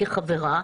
כחברה.